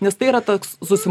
nes tai yra toks susi